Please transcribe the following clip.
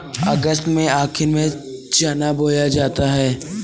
अगस्त के आखिर में चना बोया जाता है